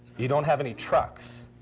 you don't have any trucks.